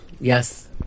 yes